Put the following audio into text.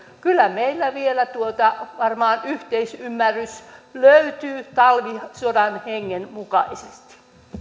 kyllä meillä vielä varmaan yhteisymmärrys löytyy talvisodan hengen mukaisesti